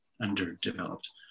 underdeveloped